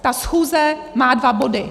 Ta schůze má dva body.